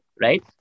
right